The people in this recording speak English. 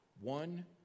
One